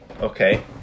okay